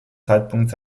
zeitpunkt